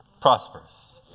prosperous